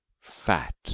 fat